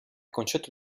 concetto